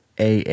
AA